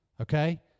Okay